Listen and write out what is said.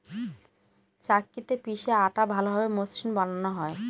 চাক্কিতে পিষে আটা ভালোভাবে মসৃন বানানো হয়